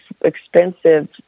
expensive